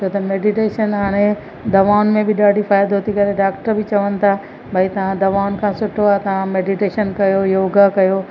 छो त मेडीटेशन हाणे दवाउनि में बि ॾाढो फ़ाइदो थी करे डॉक्टर बि चवनि था भई तां दवाउन खां सुठो आहे तव्हां मेडीटेशन कयो योगा कयो